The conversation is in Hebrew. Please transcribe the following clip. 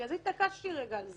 בגלל זה התעקשתי על זה,